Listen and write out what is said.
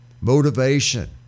motivation